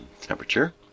temperature